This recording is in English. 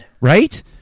right